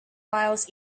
miles